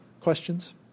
questions